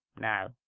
now